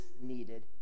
needed